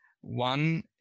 One